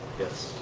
yes,